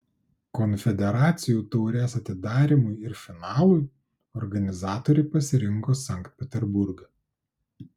konfederacijų taurės atidarymui ir finalui organizatoriai pasirinko sankt peterburgą